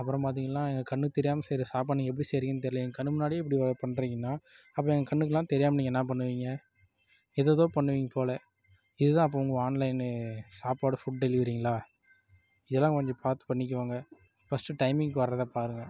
அப்புறம் பாத்திங்கனா எங்கள் கண்ணுக்கு தெரியாமல் செய்கிற சாப்பாடு நீங்கள் எப்படி செய்யுறீங்கன்னு தெரில எங்கள் கண் முன்னாடியே இப்படி பண்றீங்கனா அப்புறம் என் கண்ணுக்கெல்லாம் தெரியாமல் நீங்கள் என்ன பண்ணுவீங்க ஏதேதோ பண்ணுவீங்க போல இதுதான் அப்போ உங்க ஆன்லைனு சாப்பாடு ஃபுட் டெலிவரிங்களா இதெல்லாம் கொஞ்சம் பார்த்து பண்ணிக்கோங்க ஃபஸ்ட்டு டைமிங்குக்கு வர்றதை பாருங்கள்